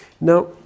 Now